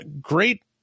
Great